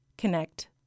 connect